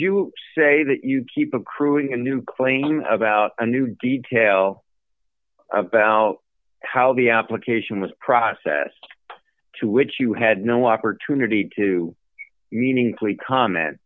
you say that you keep accruing a new claim about a new detail about how the application was processed to which you had no opportunity to meaningfully comment